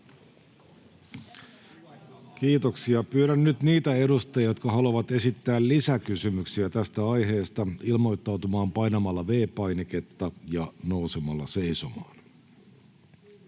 Kiitoksia. — Pyydän niitä edustajia, jotka haluavat esittää lisäkysymyksiä tästä aiheesta, ilmoittautumaan painamalla V-painiketta ja nousemalla seisomaan.